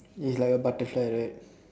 it's like a butterfly right